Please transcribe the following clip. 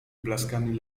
blaskami